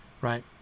right